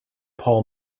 paul